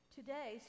Today